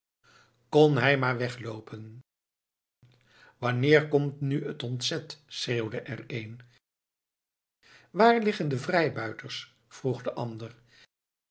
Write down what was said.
kon hij maar wegloopen wanneer komt nu het ontzet schreeuwde er een waar liggen de vrijbuiters vroeg de ander